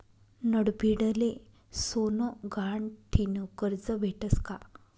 नडभीडले सोनं गहाण ठीन करजं भेटस का?